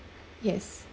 yes